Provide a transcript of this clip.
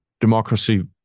democracy